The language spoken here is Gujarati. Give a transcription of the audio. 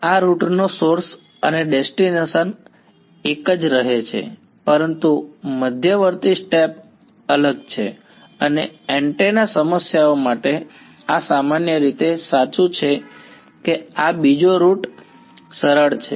આ રૂટ નો સોર્સ અને ડેસ્ટિનેશન એક જ રહે છે પરંતુ મધ્યવર્તી સ્ટેપ અલગ છે અને એન્ટેના સમસ્યાઓ માટે આ સામાન્ય રીતે સાચું છે કે આ બીજો રૂટ સરળ છે